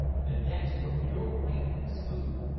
the decks were pure white and smooth.